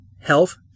health